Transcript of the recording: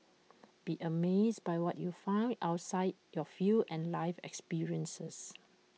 be amazed by what you find outside your field and life experiences